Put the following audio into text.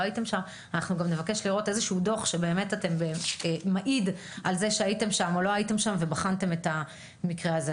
גם נבקש לראות איזשהו דוח שמעיד על זה שהייתם שם ובחנתם את המקרה הזה.